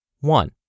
One